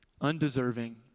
Undeserving